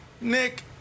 Nick